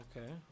Okay